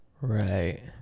Right